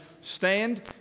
stand